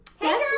Hey